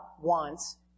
wants